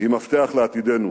היא מפתח לעתידנו,